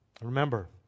Remember